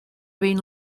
been